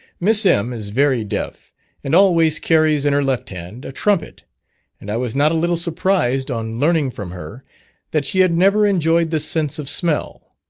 miss m. is very deaf and always carries in her left hand a trumpet and i was not a little surprised on learning from her that she had never enjoyed the sense of smell,